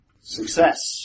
Success